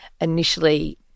initially